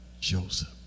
Joseph